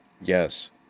Yes